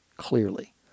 clearly